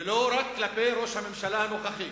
ולא רק כלפי ראש הממשלה הנוכחי.